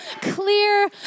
clear